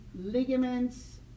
ligaments